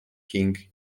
king